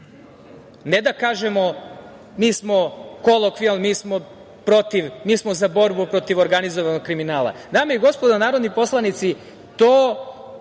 Ne da kažemo - mi smo kolokvijalni, mi smo protiv, mi smo za borbu protiv organizovanog kriminala. Dame i gospodo narodni poslanici, to